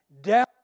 Down